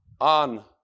on